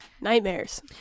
Nightmares